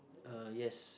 uh yes